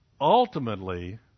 Ultimately